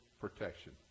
protection